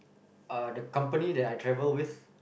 uh the company that I travel with